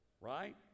right